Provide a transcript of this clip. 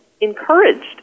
encouraged